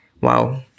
Wow